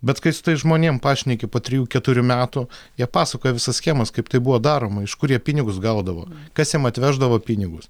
bet kai su tais žmonėm pašneki po trijų keturių metų jie pasakoja visas schemas kaip tai buvo daroma iš kur jie pinigus gaudavo kas jam atveždavo pinigus